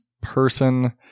person